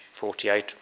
48